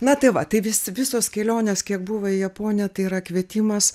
na tai va tai vis visos kelionės kiek buvo į japoniją tai yra kvietimas